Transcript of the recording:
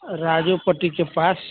राजोपट्टी के पास